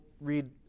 read